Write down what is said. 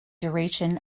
duration